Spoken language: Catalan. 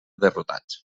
derrotats